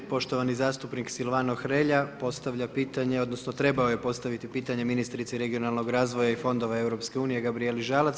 Poštovani zastupnik Silvano Hrelja postavlja pitanje, odnosno trebao je postaviti pitanje ministrici regionalnog razvoja i fondova EU Gabrijeli Žalac.